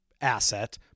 asset